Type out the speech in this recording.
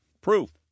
Proof